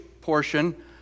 portion